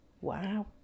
wow